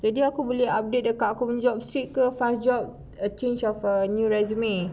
jadi aku boleh update dekat aku punya JobStreet ke find job uh change of uh new resume